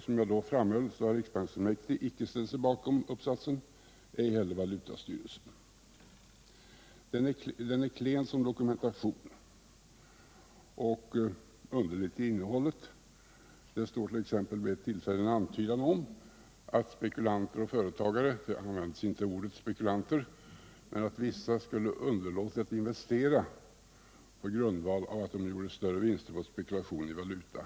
Som jag då framhöll har riksbanksfullmäktige icke ställt sig bakom uppsatsen, ej heller valutastyrelsen. Uppsatsen är klen som dokumentation och underlig till sitt innehåll. Det finns t.ex. på ett ställe en antydan om att spekulanter och företagare — ordet spekulanter används visserligen icke men är underförstått — skulle underlåta att investera på grund av att de gör större vinster på spekulationer i valutor.